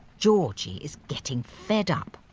georgie is getting fed up.